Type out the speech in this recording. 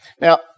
Now